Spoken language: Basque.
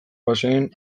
bazen